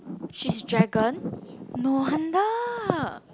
she's dragon no wonder